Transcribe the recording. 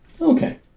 Okay